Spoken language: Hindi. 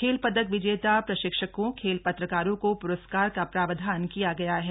खेल पदक विजेता प्रशिक्षकों खेल पत्रकारों को प्रस्कार का प्रावधान किया गया है